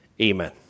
Amen